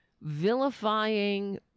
vilifying